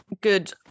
good